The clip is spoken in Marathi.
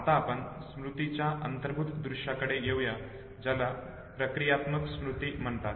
आता आपण स्मृतीच्या अंतर्भूत दृष्याकडे येऊया ज्याला प्रक्रियात्मक स्मृती म्हणतात